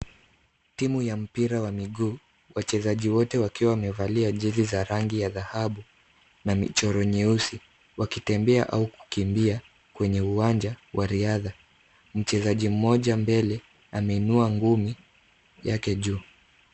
Timu ya mpira wa miguu, wachezaji wote wakiwa wamevalia jezi za rangi ya dhahabu na michoro nyeusi, wakitembea au kukimbia kwenye uwanja wa riadha. Mchezaji mmoja mbele ameinua ngumi yake juu.